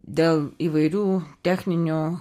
dėl įvairių techninių